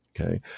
okay